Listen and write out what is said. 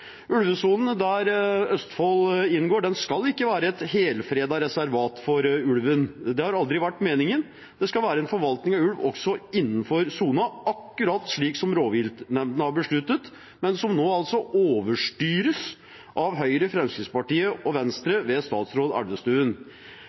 Ulvesonen, der Østfold inngår, skal ikke være et helfredet reservat for ulven. Det har aldri vært meningen. Det skal være en forvaltning av ulv også innenfor sonen, akkurat slik som rovviltnemndene har besluttet, men som nå altså overstyres av Høyre, Fremskrittspartiet og Venstre,